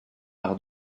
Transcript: par